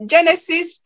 Genesis